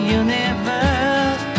universe